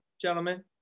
gentlemen